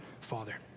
Father